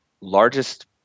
largest